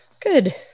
Good